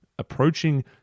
Approaching